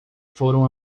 foram